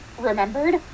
remembered